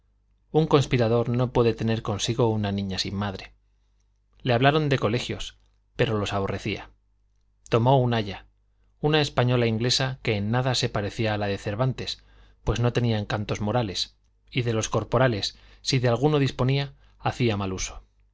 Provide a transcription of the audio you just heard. un conspirador no puede tener consigo una niña sin madre le hablaron de colegios pero los aborrecía tomó un aya una española inglesa que en nada se parecía a la de cervantes pues no tenía encantos morales y de los corporales si de alguno disponía hacía mal uso